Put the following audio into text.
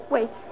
Wait